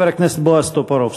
חבר הכנסת בועז טופורובסקי.